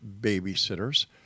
babysitters